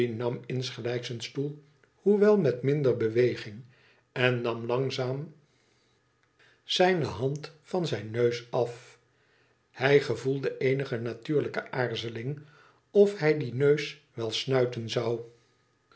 insgelijks een stoel hoewel met minder beweging en nam langzaam zijne hand van zijn neus af hij gevoelde eenige natuurlijke aarzeung of hij dien neus wel snuiten zou